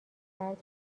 فرد